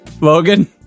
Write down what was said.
Logan